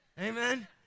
Amen